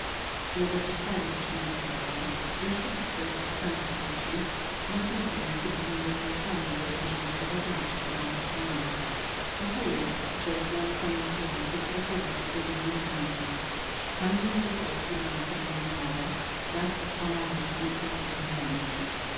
długo szeptali coś między sobą wreszcie busqueros sam powrócił niosąc w ręku pewien rodzaj planu wyobrażającego uliczkę augustyanów oto jest rzekł koniec ulicy która wychodzi do dominikanów tam będzie stał służący dony moro wraz z dwoma ludźmi za których mi ręczy